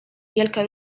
wielka